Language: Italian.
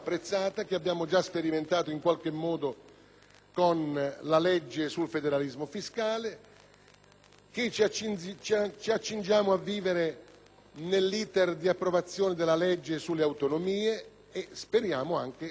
che ci accingiamo a vivere nell'*iter* di approvazione della legge sulle autonomie e, speriamo, anche in quelle che si preannunziano come modifiche costituzionali. Mi sia consentita, però,